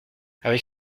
avec